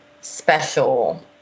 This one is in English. special